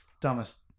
Dumbest